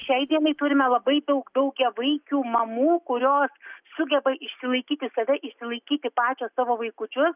šiai dienai turime labai daug daugiavaikių mamų kurios sugeba išsilaikyti save išsilaikyti pačios savo vaikučius